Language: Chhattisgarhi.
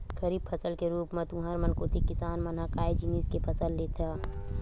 खरीफ फसल के रुप म तुँहर मन कोती किसान मन ह काय जिनिस के फसल लेथे?